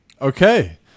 Okay